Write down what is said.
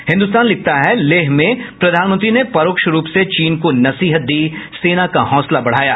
हिन्दुस्तान लिखता है लेह में प्रधानमंत्री ने परोक्षरूप से चीन को नसीहत दी सेना का हौसला बढ़ाया